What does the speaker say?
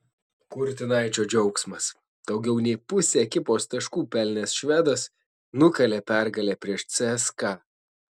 kurtinaičio džiaugsmas daugiau nei pusę ekipos taškų pelnęs švedas nukalė pergalę prieš cska